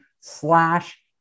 slash